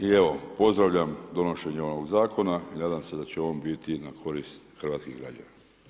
I evo, pozdravljam donošenje ovoga Zakona i nadam se da će on biti na korist hrvatskih građana.